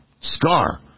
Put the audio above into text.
scar